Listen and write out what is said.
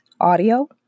audio